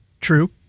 True